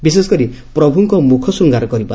ବିଶେଷ କରି ପ୍ରଭୁଙ୍କ ମୁଖ ଶୃଙ୍ଗାର କରିବା